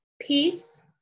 peace